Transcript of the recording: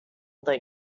that